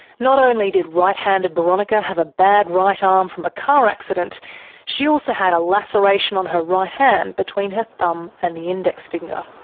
not only did right-handed boronika have a bad right arm from a car accident she also had a laceration on her right hand between her thumb and the index finger.